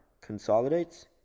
consolidates